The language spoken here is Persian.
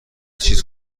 چیز